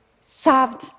served